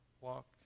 walk